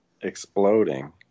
exploding